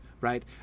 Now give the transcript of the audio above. right